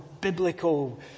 biblical